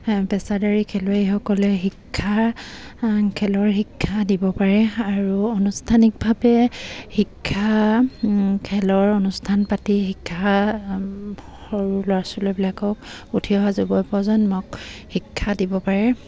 পেছাদাৰী খেলুৱৈসকলে শিক্ষা খেলৰ শিক্ষা দিব পাৰে আৰু আনুষ্ঠানিকভাৱে শিক্ষা খেলৰ অনুষ্ঠান পাতি শিক্ষা সৰু ল'ৰা ছোৱালীবিলাকক উঠি অহা যুৱ প্ৰজন্মক শিক্ষা দিব পাৰে